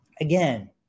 again